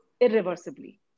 irreversibly